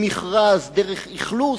ממכרז דרך אכלוס,